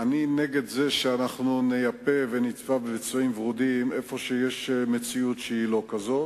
אני נגד זה שנייפה ונצבע בצבעים ורודים מציאות שהיא לא כזאת.